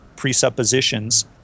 presuppositions